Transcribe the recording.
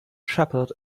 shepherd